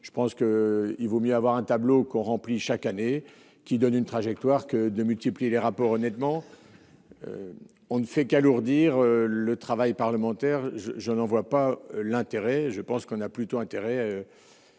je pense qu'il vaut mieux avoir un tableau qu'on remplit chaque année qui donne une trajectoire que de multiplier les rapports, honnêtement, on ne fait qu'alourdir le travail parlementaire, je n'en vois pas l'intérêt, je pense qu'on a plutôt intérêt